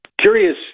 Curious